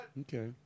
Okay